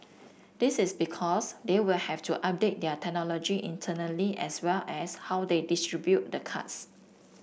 this is because they will have to update their technology internally as well as how they distribute the cards